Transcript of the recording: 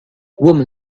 woman